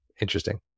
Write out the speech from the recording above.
Interesting